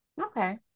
Okay